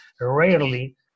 rarely